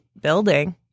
building